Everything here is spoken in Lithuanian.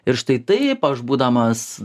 ir štai taip aš būdamas